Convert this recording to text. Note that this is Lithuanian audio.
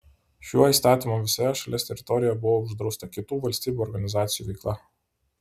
šiuo įstatymu visoje šalies teritorijoje buvo uždrausta kitų valstybių organizacijų veikla